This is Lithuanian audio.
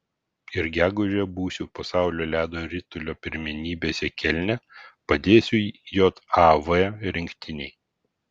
ir gegužę būsiu pasaulio ledo ritulio pirmenybėse kelne padėsiu jav rinktinei